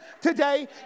today